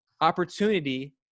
opportunity